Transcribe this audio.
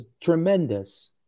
Tremendous